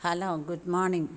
hello good morning